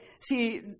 see